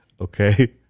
Okay